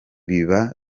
biba